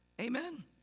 Amen